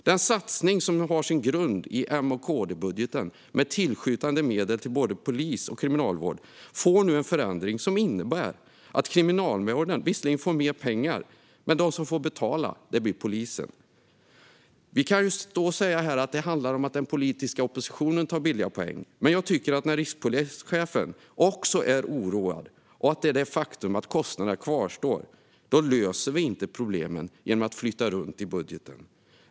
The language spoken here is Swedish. Den satsning som har sin grund i M-KD-budgeten, med tillskjutande av medel till polis och kriminalvård, får nu en förändring som innebär att Kriminalvården visserligen får mer pengar men att de som får betala är polisen. Vi kan här säga att den politiska oppositionen tar billiga poäng. Men jag tycker att när rikspolischefen också uttrycker oro och det faktum att kostnaderna kvarstår löser vi inte problemen genom att flytta runt i budgeten.